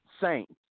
Saints